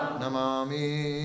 namami